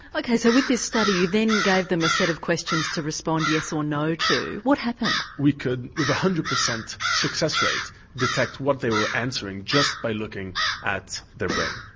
okay, so with this study you then gave them a set of questions to respond yes or no to, what happened? we could with one hundred percent success rate detect what they were answering just by looking at their brain.